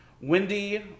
Wendy